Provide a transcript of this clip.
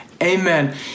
Amen